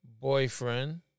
boyfriend